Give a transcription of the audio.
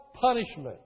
punishment